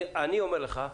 אני אומר לך: